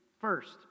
First